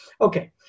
Okay